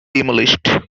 demolished